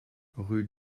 rue